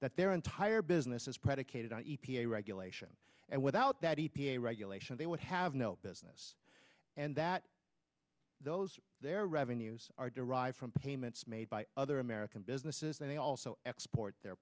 that their entire business is predicated on e p a regulation and without that e p a regulations they would have no business and that those their revenues are derived from payments made by other american businesses they also export their